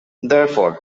therefore